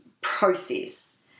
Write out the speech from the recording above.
process